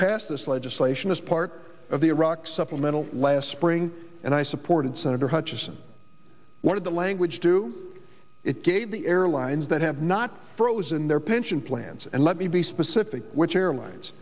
passed this legislation as part of the iraq supplemental last spring and i supported senator hutchison one of the language to it gave the airlines that have not frozen their pension plans and let me be specific with airlines